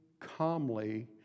calmly